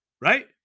right